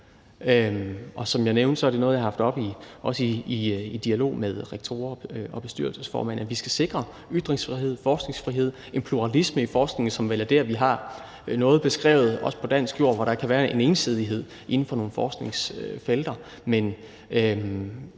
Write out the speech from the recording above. Som jeg nævnte, er det også noget, jeg har haft oppe at vende i dialog med rektorer og bestyrelsesformænd, altså at vi skal sikre ytringsfrihed, forskningsfrihed og en pluralisme i forskningen, som vel kan ske ved, at vi kan få noget beskrevet, også på dansk jord, i forhold til at der kan være en ensidighed inden for nogle forskningsfelter.